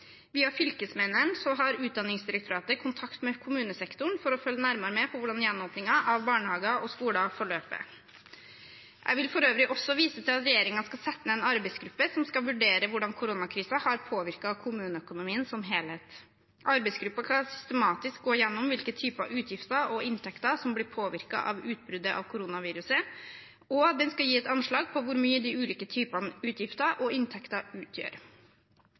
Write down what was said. Via fylkesmennene har Utdanningsdirektoratet kontakt med kommunesektoren for å følge nærmere med på hvordan gjenåpningen av barnehager og skoler forløper. Jeg vil for øvrig vise til at regjeringen skal sette ned en arbeidsgruppe som skal vurdere hvordan koronakrisen har påvirket kommuneøkonomien som helhet. Arbeidsgruppen skal systematisk gå igjennom hvilke typer utgifter og inntekter som blir påvirket av utbruddet av koronaviruset, og den skal gi et anslag på hvor mye de ulike typene utgifter og inntekter utgjør.